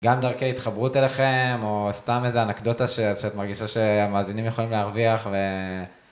גם דרכי התחברות אליכם, או סתם איזו אנקדוטה שאת מרגישה שהמאזינים יכולים להרוויח.